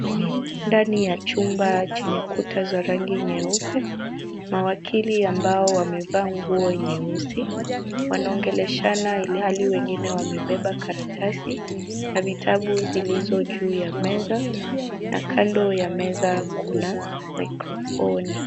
Ndani ya chumba chenye kuta za rangi nyeupe. Kuna wakili ambao wamevaa nguo ya rangi nyeusi. Wanaongeleshana ilhali wengine wamebeba karatasi na vitabu zilizo juu ya meza na kando yameweza kuna mikrofoni.